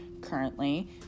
currently